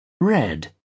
red